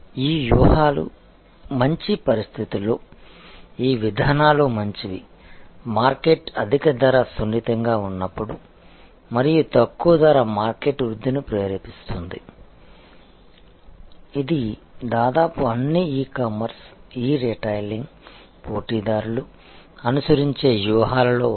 ఈ వ్యూహాలు మంచి పరిస్థితుల్లో ఈ విధానాలు మంచివి మార్కెట్ అధిక ధర సున్నితంగా ఉన్నప్పుడు మరియు తక్కువ ధర మార్కెట్ వృద్ధిని ప్రేరేపిస్తుంది ఇది దాదాపు అన్ని ఇ కామర్స్ ఇ రిటైలింగ్ పోటీదారులు అనుసరించే వ్యూహాలలో ఒకటి